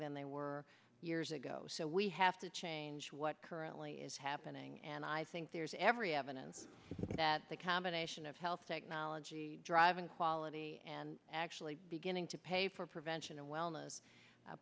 than they were years ago so we have to change what currently is happening and i think there's every evidence that the combination of health technology driving quality and actually beginning to pay for prevention and wellness